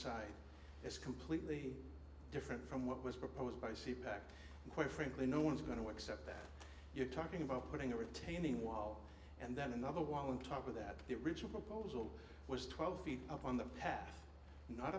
side is completely different from what was proposed by c pack quite frankly no one's going to accept that you're talking about putting a retaining wall and then another wall on top of that the original proposal was twelve feet up on the path not